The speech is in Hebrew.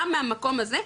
גם מהמקום הזה,